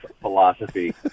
philosophy